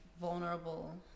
vulnerable